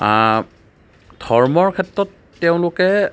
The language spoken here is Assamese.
ধৰ্মৰ ক্ষেত্ৰত তেওঁলোকে